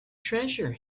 treasure